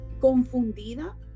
confundida